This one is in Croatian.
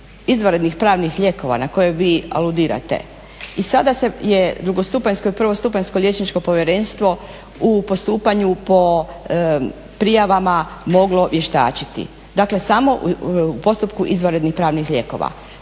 izvanrednih pravnih lijekova na koje vi aludirate i sada je drugostupanjsko i prvostupanjsko liječničko povjerenstvo u postupanju po prijavama moglo vještačiti. Dakle, samo u postupku izvanrednih pravnih lijekova.